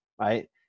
right